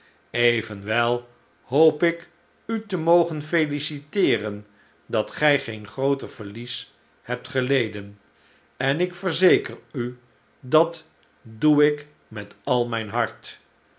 evenwel hoop ik u te mogen felicit'eeren dat gij geen grooter verlies hebt geleden en ik verzeker u dat doe ik met al mijn hart